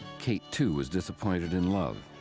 kate too was disappointed in love.